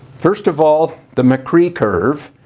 first of all, the mccree curve.